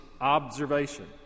observation